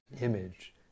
image